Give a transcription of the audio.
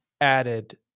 added